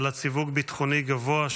בעלת סיווג ביטחוני גבוה,